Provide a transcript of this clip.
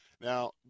Now